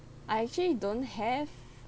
I actually don't have